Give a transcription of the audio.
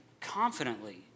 confidently